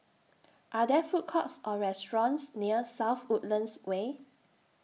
Are There Food Courts Or restaurants near South Woodlands Way